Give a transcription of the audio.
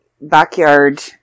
backyard